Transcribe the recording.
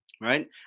right